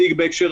אני איתך.